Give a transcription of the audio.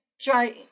try